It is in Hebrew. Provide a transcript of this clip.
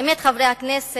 האמת, חברי הכנסת,